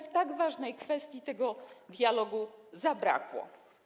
W tak ważnej kwestii tego dialogu zabrakło.